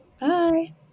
Bye